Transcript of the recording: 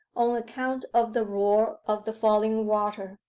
on account of the roar of the falling water,